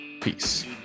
peace